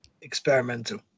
experimental